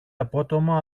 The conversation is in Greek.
απότομα